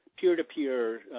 peer-to-peer